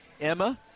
Emma